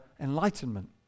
enlightenment